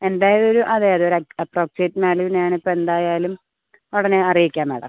എന്തായാലും ഒരു അതെ അതെ അപ്പ്രോക്സിയേറ്റ് വാല്യൂ ഞാൻ ഇപ്പോൾ എന്തായാലും ഉടനെ അറിയിക്കാം മാഡം